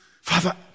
Father